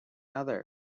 other